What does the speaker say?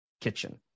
kitchen